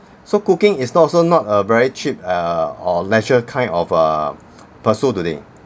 so cooking is also not a very cheap err or leisure kind of uh pursuit today